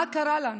מה קרה לנו?